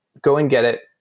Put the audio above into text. go and get it,